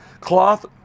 cloth